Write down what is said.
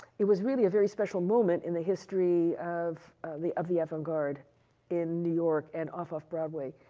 it was really a very special moment in the history of the of the avant garde in new york, and off off broadway.